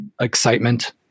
excitement